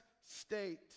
state